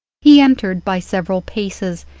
he entered by several paces,